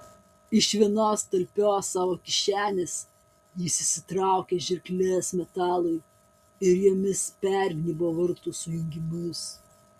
iš vienos talpios savo kišenės jis išsitraukė žirkles metalui ir jomis pergnybo vartų sujungimus